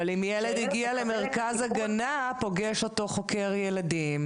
אבל אם ילד הגיע למרכז הגנה פוגש אותו חוקר ילדים,